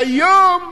והיום,